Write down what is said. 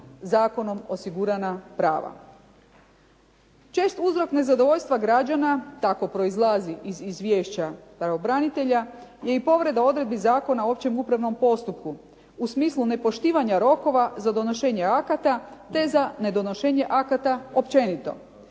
zakonom osigurana prava. Čest uzrok nezadovoljstva građana, tako proizlazi iz izvješća pravobranitelja, je i povreda odredbi Zakona o općem upravnom postupku, u smislu nepoštivanja rokova za donošenje akata, te za nedonošenje akata općenito.